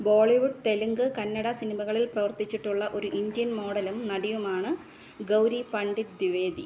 ബോളിവുഡ് തെലുങ്ക് കന്നഡ സിനിമകളിൽ പ്രവർത്തിച്ചിട്ടുള്ള ഒരു ഇന്ത്യൻ മോഡലും നടിയുമാണ് ഗൗരി പണ്ഡിറ്റ് ദ്വിവേദി